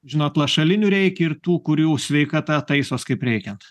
žinot lašalinių reik ir tų kurių sveikata taisos kaip reikiant